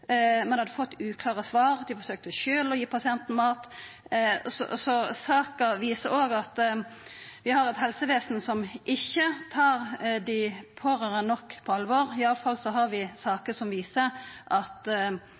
hadde fått uklare svar, og dei forsøkte sjølve å gi pasienten mat. Så den saka viser òg at vi har eit helsevesen som ikkje tar dei pårørande nok på alvor – i alle fall har vi saker som viser at